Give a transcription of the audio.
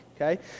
okay